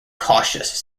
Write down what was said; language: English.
cautious